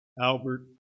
Albert